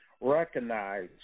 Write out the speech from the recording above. recognize